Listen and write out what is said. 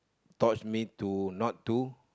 taught me to not do